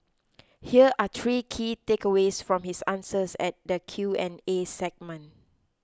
here are three key takeaways from his answers at the Q and A segment